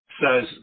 says